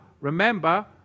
remember